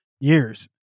years